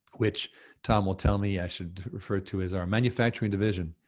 which tom will tell me i should refer to as our manufacturing division,